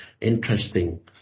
interesting